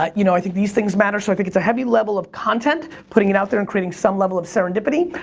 you know, i think these things matter. so, i think it's a heavy-level of content, putting it out there and creating some level of serendipity.